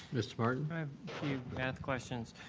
mr. martin but i mean questions.